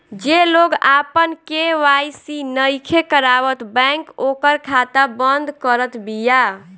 जे लोग आपन के.वाई.सी नइखे करावत बैंक ओकर खाता बंद करत बिया